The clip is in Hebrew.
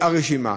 הרשימה.